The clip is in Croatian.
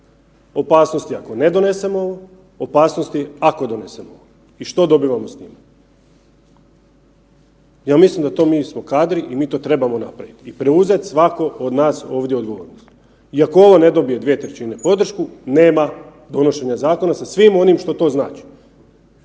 opasnosti ako ne donesemo ovo, opasnosti ako donesemo ovo. I što dobivamo s tim? Ja mislim da to mi smo kadri i mi to trebamo napravit i preuzet svako od nas ovdje odgovornost i ako ovo ne dobije 2/3 podršku, nema donošenja zakona sa svim onim što to znači